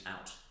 out